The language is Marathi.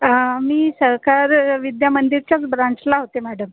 अं मी सहकार विद्यामंदिरच्याच ब्रांचला होते मॅडम